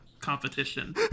competition